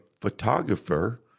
photographer